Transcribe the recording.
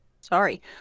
Sorry